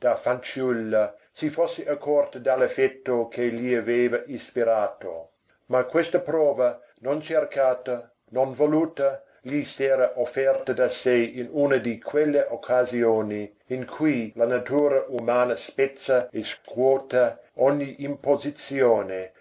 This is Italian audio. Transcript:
si fosse accorta dell'affetto che gli aveva ispirato ma questa prova non cercata non voluta gli s'era offerta da sé in una di quelle occasioni in cui la natura umana spezza e scuote ogni imposizione